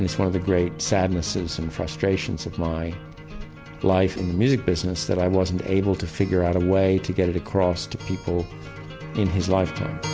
one of the great sadness and frustrations of my life in the music business that i wasn't able to figure out a way to get it across to people in his lifetime